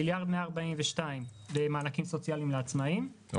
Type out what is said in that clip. מיליארד ו-142 מיליון למענקים סוציאליים לעצמאים,